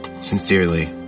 Sincerely